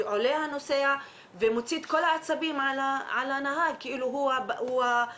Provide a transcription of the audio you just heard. עולה הנוסע ומוציא את כל העצבים על הנהג כאילו הוא הפקח,